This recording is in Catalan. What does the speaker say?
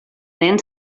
nen